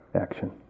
action